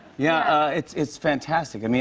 yeah it's it's fantastic. i mean